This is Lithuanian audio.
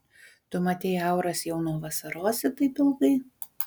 tu matei auras jau nuo vasarosi taip ilgai